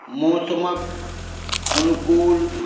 मौसमके अनुकूल